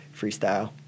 freestyle